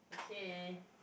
K